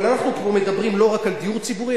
אבל אנחנו פה מדברים לא רק על דיור ציבורי,